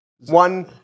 One